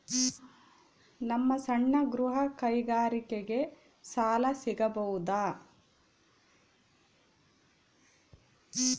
ನಮ್ಮ ಸಣ್ಣ ಗೃಹ ಕೈಗಾರಿಕೆಗೆ ಸಾಲ ಸಿಗಬಹುದಾ?